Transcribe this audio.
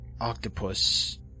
octopus